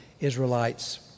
Israelites